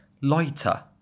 LIGHTER